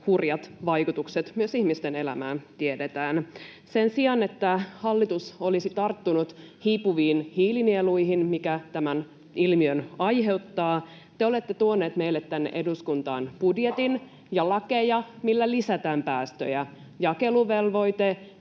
hurjat vaikutukset myös ihmisten elämään tiedetään. Sen sijaan, että hallitus olisi tarttunut hiipuviin hiilinieluihin, mitkä tämän ilmiön aiheuttavat, te olette tuoneet meille tänne eduskuntaan budjetin ja lakeja, millä lisätään päästöjä: jakeluvelvoite,